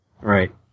Right